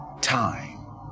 time